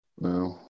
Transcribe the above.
No